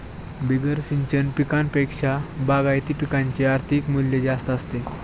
बिगर सिंचन पिकांपेक्षा बागायती पिकांचे आर्थिक मूल्य जास्त असते